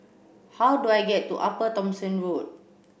how do I get to Upper Thomson Road